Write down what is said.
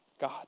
God